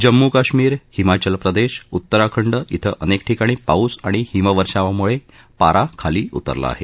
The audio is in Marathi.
जम्मू काश्मीर हिमाचल प्रदेश उतराखंड इथं अनेक ठिकाणी पाऊस आणि हिमवर्षावाम्ळे पारा खाली उतरला आहे